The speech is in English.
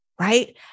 right